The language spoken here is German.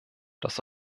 dass